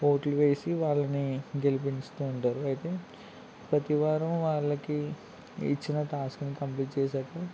ఓట్లు వేసి వాళ్ళని గెలిపించుతూ ఉంటారు అయితే ప్రతివారం వాళ్ళకి ఇచ్చిన టాస్క్ని కంప్లీట్ చేసాక